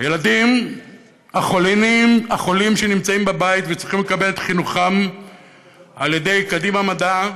הילדים החולים שנמצאים בבית וצריכים לקבל את חינוכם על ידי "קדימה מדע"